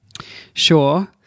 Sure